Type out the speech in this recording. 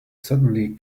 suddenly